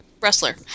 Wrestler